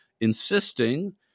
insisting